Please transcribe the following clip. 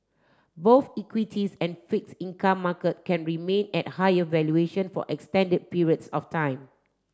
both equities and fix income market can remain at higher valuation for extended periods of time